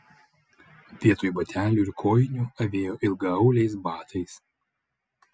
vietoj batelių ir kojinių avėjo ilgaauliais batais